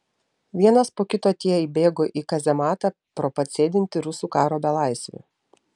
vienas po kito tie įbėgo į kazematą pro pat sėdintį rusų karo belaisvį